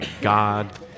God